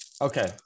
Okay